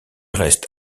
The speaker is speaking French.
reste